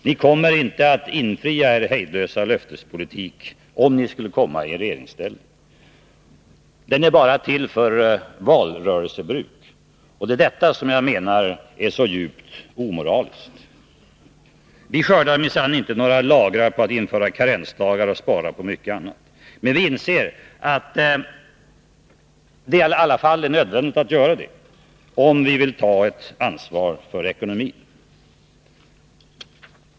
Ni kommer inte att infria er hejdlösa löftespolitik, om ni skulle komma i regeringsställning. Den är bara till för valrörelsebruk. Det är detta som jag menar är så djupt omoraliskt. Vi skördar minsann inte några lagrar på att införa karensdagar och spara på mycket annat, men vi inser att det i alla fall är nödvändigt att göra det, om vi vill ta ett ansvar för ekonomin.